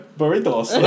burritos